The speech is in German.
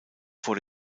vor